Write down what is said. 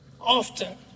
Often